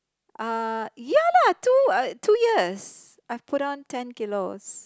uh ya lah two uh two years I've put on ten kilos